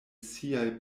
siaj